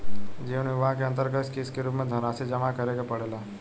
जीवन बीमा के अंतरगत किस्त के रूप में धनरासि जमा करे के पड़ेला